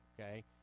okay